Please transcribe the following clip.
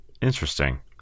Interesting